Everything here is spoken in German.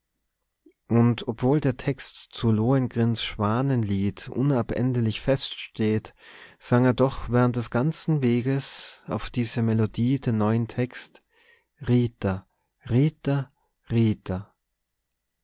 und obwohl der text zu lohengrins schwanenlied unabänderlich feststeht sang er doch während des ganzen weges auf diese melodie den neuen text